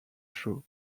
chauds